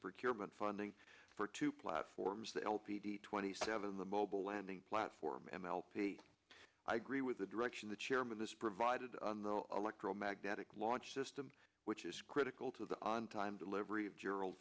procurement funding for two platforms the l p t twenty seven the mobile landing platform m l p i agree with the direction the chairman this provided on the electromagnetic launch system which is critical to the on time delivery of gerald